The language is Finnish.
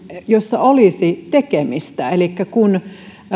joissa olisi tekemistä elikkä kun